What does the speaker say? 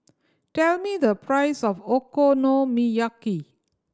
tell me the price of Okonomiyaki